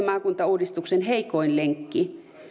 maakuntauudistuksen heikoin lenkki